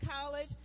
college